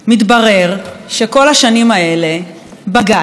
מתברר שכל השנים האלה בג"ץ,